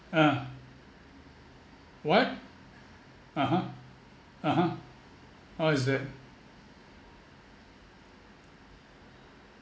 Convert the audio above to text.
uh what (uh huh) (uh huh) how is that